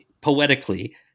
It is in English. poetically